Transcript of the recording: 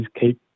keep